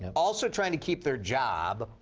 and also trying to keep their job.